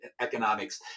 economics